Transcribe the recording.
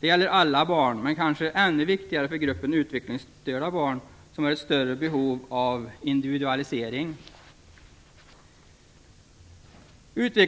Det gäller alla barn, men är kanske ännu viktigare för gruppen utvecklingsstörda, som har ett större behov av individualisering. Gruppen